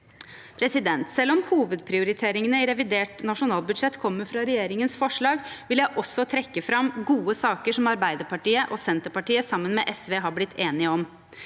mrd. kr. Selv om hovedprioriteringene i revidert nasjonalbudsjett kommer fra regjeringens forslag, vil jeg også trekke fram gode saker som Arbeiderpartiet og Senterpartiet sammen med SV er blitt enige om: